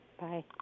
Bye